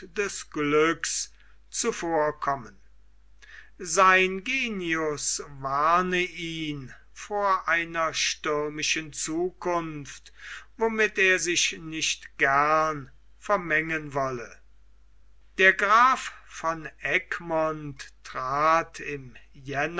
des glücks zuvorkommen sein genius warne ihn vor einer stürmischen zukunft womit er sich nicht gern vermengen wolle der graf von egmont trat im